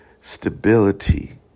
stability